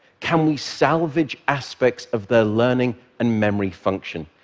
can we salvage aspects of their learning and memory function?